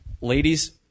ladies